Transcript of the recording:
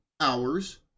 hours